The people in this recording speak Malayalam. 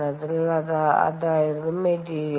അതിനാൽ അതായിരുന്നു മെറ്റീരിയൽ